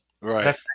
Right